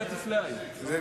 אין כזה